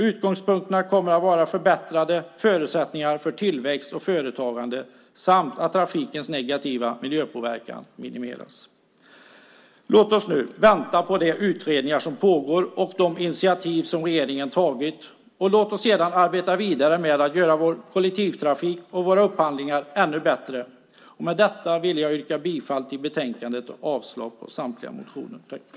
Utgångspunkterna kommer att vara förbättrade förutsättningar för tillväxt och företagande samt att trafikens negativa miljöpåverkan minimeras. Låt oss nu vänta på de utredningar som pågår och de initiativ som regeringen har tagit, och låt oss sedan arbeta vidare med att göra vår kollektivtrafik och våra upphandlingar ännu bättre. Jag yrkar bifall till förslaget i utskottets betänkande och avslag på samtliga motioner och reservationer.